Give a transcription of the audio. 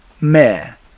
mayor